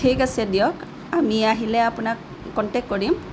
ঠিক আছে দিয়ক আমি আহিলে আপোনাক কণ্টেক কৰিম